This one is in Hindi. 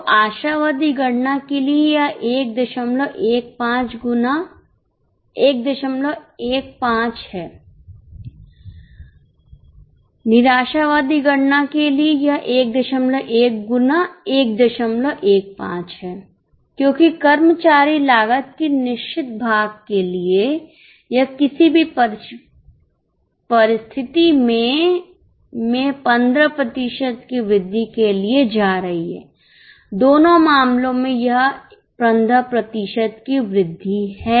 तो आशावादी गणना के लिए यह 115 गुना 115 है निराशावादी गणना के लिए यह 11 गुना 115 है क्योंकि कर्मचारी लागत की निश्चित भाग के लिए यह किसी भीपरिस्थिति में में 15 प्रतिशत की वृद्धि के लिएजा रही है दोनों मामलों में यह 15 प्रतिशत की वृद्धि है